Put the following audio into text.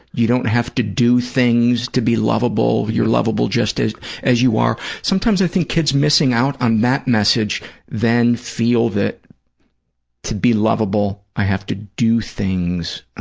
you don't have to do things to be lovable, you're lovable just as as you are. sometimes i think kids missing out on that message then feel that to be lovable i have to do things.